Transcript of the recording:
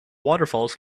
waterfalls